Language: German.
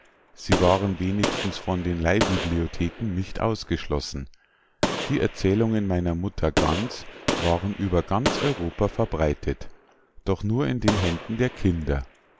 sie waren wenigstens von den leihbibliotheken nicht ausgeschlossen die erzählungen meiner mutter gans waren über ganz europa verbreitet doch nur in den händen der kinder